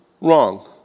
wrong